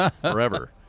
forever